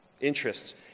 interests